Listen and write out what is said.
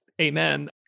Amen